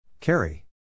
Carry